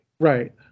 Right